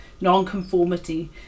nonconformity